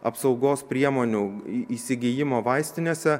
apsaugos priemonių įsigijimo vaistinėse